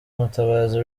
mutabazi